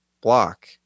block